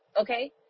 Okay